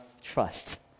trust